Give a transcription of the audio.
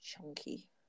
Chunky